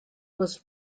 was